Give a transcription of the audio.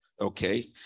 Okay